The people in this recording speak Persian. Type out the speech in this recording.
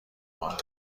ماند